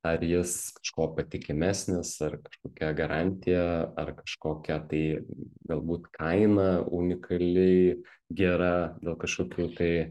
ar jis kažkuo patikimesnis ar kažkokia garantija ar kažkokia tai galbūt kaina unikaliai gera dėl kažkokių tai